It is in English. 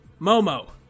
Momo